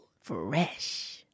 Fresh